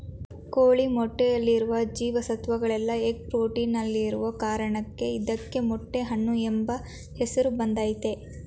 ಕೋಳಿ ಮೊಟ್ಟೆಯಲ್ಲಿರುವ ಜೀವ ಸತ್ವಗಳೆಲ್ಲ ಎಗ್ ಫ್ರೂಟಲ್ಲಿರೋ ಕಾರಣಕ್ಕೆ ಇದಕ್ಕೆ ಮೊಟ್ಟೆ ಹಣ್ಣು ಎಂಬ ಹೆಸರು ಬಂದಯ್ತೆ